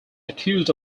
accused